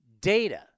data